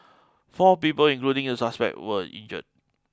four people including the suspect were injured